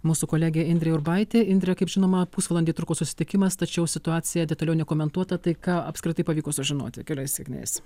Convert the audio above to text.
mūsų kolegė indrė urbaitė indre kaip žinoma pusvalandį truko susitikimas tačiau situacija detaliau nekomentuota tai ką apskritai pavyko sužinoti keliais sakiniais